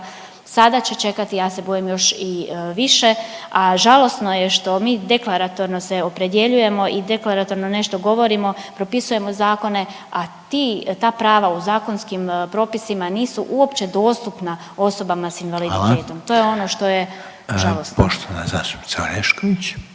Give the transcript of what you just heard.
sada će čekati ja se bojim još i više. A žalosno je što mi deklaratorno se opredjeljujemo i deklaratorno nešto govorimo, propisujemo zakone, a ti ta prava u zakonskim propisima nisu uopće dostupna osobama s invaliditetom …/Upadica Reiner: Hvala./… to je ono što je žalosno.